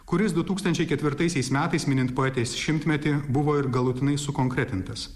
kuris du tūkstančiai ketvirtaisiais metais minint poetės šimtmetį buvo ir galutinai sukonkretintas